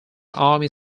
army